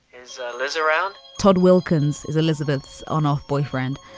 is liz around? todd wilkins is elizabeth's on off boyfriend.